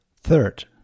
Third